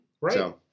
Right